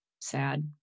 sad